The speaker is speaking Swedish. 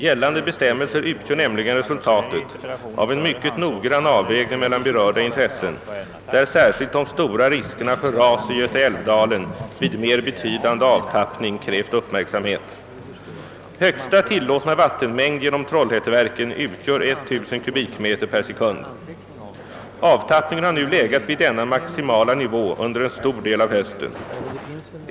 Gällande bestämmelser utgör nämligen resultatet av en mycket noggrann avvägning mellan berörda intressen, där särskilt de stora riskerna för ras i Götaälv-dalen vid mer betydande avtappning krävt uppmärksamhet. Högsta tillåtna vattenmängd genom Trollhätteverken utgör 1 000 m/sek. Avtappningen har nu legat vid denna maximala nivå under en stor del av hösten.